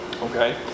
Okay